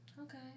Okay